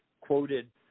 quoted